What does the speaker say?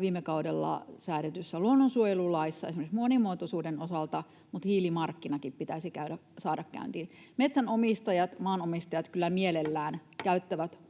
viime kaudella säädetyssä luonnonsuojelulaissa esimerkiksi monimuotoisuuden osalta, mutta hiilimarkkinakin pitäisi saada käyntiin. Metsänomistajat, maanomistajat kyllä mielellään [Puhemies